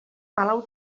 palau